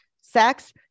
Sex